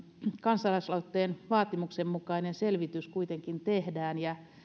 kansalaisaloitteen vaatimuksen mukainen selvitys kuitenkin tehdään ja